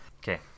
Okay